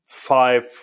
five